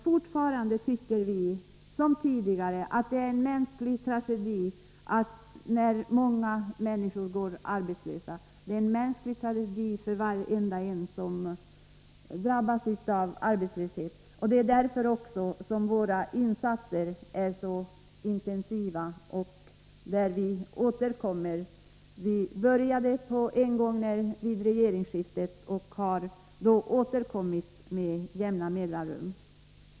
Fortfarande tycker vi att det är en mänsklig tragedi när många människor går arbetslösa, det är en mänsklig tragedi för var och en som drabbas av arbetslöshet. Det är också därför som våra insatser är så intensiva och återkommande. Vi började på en gång vid regeringsskiftet och har återkommit med jämna mellanrum.